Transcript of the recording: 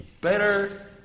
better